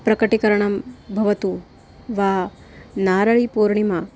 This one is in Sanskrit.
प्रकटीकरणं भवतु वा नारायणी पूर्णिमा